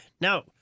now